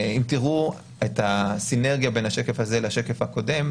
אם תראו את הסינרגיה בין השקל הזה לשקף הקודם,